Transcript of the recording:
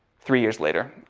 three years later.